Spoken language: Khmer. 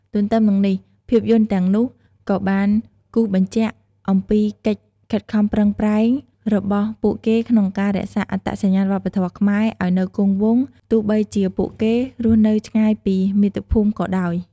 ទន្ទឹមនឹងនេះ ភាពយន្តទាំងនោះក៏បានគូសបញ្ជាក់អំពីកិច្ចខិតខំប្រឹងប្រែងរបស់ពួកគេក្នុងការរក្សាអត្តសញ្ញាណវប្បធម៌ខ្មែរ ឱ្យនៅគង់វង្ស ទោះបីជាពួកគេរស់នៅឆ្ងាយពីមាតុភូមិក៏ដោយ។